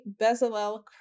Bezalel